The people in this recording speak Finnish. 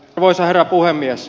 arvoisa herra puhemies